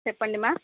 చెప్పండి మ్యామ్